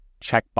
checkbox